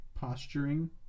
posturing